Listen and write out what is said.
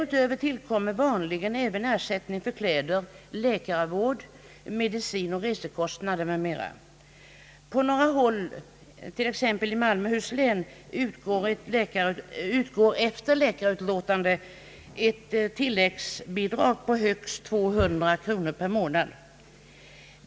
Därutöver tillkommer vanligen även ersättning för kläder, läkarvård, medicin, resekostnader m.m. På några håll, bl.a. i Malmöhus län, utgår efter läkarutlåtande ett tilläggsbidrag på högst 200 kronor per månad.